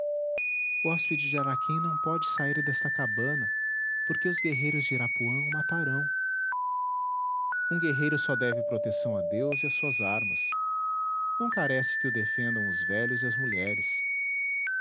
hóspede de araquém não pode sair desta cabana porque os guerreiros de irapuã o matarão um guerreiro só deve proteção a deus e a suas armas não carece que o defendam os velhos e as mulheres